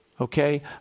Okay